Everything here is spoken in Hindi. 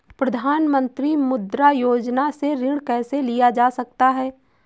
प्रधानमंत्री मुद्रा योजना से ऋण कैसे लिया जा सकता है?